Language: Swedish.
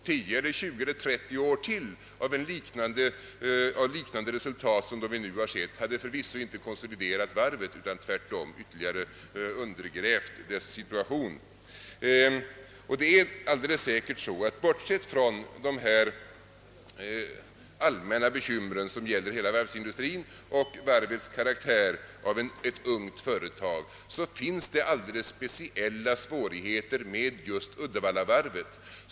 Tio, tjugo eller trettio år till av liknande resultat som vi nu har sett skulle förvisso inte ha konsoliderat varvet utan tvärtom ytterligare undergrävt dess situation. Det är alldeles säkert så, att bortsett från de allmänna bekymmer som gäller hela varvsindustrin och varvets karaktär av ett ungt företag, finns det alldeles speciella svårigheter kvar just beträffande Uddevallavarvet.